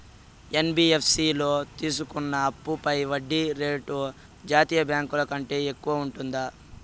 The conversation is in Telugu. యన్.బి.యఫ్.సి లో తీసుకున్న అప్పుపై వడ్డీ రేటు జాతీయ బ్యాంకు ల కంటే తక్కువ ఉంటుందా?